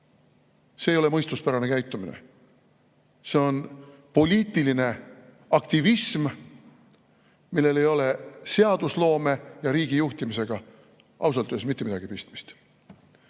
See ei ole mõistuspärane käitumine. See on poliitiline aktivism, millel ei ole seadusloome ja riigi juhtimisega ausalt öeldes mitte midagi pistmist.